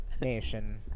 Nation